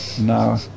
No